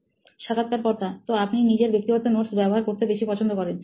সাক্ষাৎকারকর্তা তো আপনি নিজের ব্যক্তিগত নোটস ব্যবহার করতে বেশি পছন্দ করেন